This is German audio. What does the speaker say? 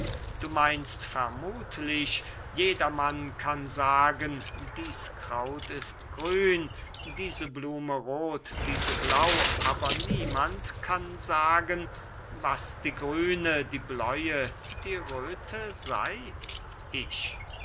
du meinst vermuthlich jedermann kann sagen dieses kraut ist grün diese blume roth diese blau aber niemand kann sagen was die grüne die bläue die röthe sey ich